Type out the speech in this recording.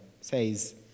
says